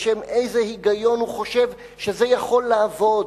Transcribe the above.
בשם איזה היגיון הוא חושב שזה יכול לעבוד,